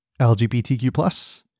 LGBTQ+